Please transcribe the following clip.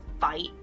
fight